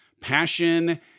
passion